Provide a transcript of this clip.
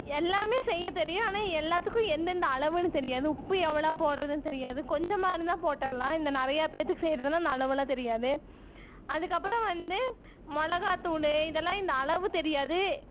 எல்லாமே செய்ய தெரியும் ஆனால் எல்லாத்துக்கும் எந்தெந்த அளவுன்னு தெரியாது உப்பு எவ்வளோ போடுறதுனு தெரியாது கொஞ்சமாக இருந்தால் போட்டரலாம் இந்த நிறைய பேற்றுக்கு செய்கிறதுனா அளவெல்லாம் தெரியாது அதுக்கப்புறம் வந்து மிளகாத் தூள் இதெல்லாம் இந்த அளவு தெரியாது